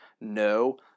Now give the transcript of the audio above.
No